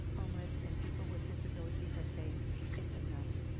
homeless, and people with disabilities are saying it's enough,